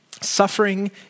suffering